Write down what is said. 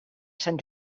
sant